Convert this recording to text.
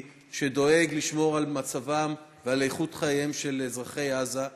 שדואג לשמור על מצבם ועל איכות חייהם של אזרחי עזה,